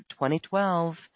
2012